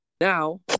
Now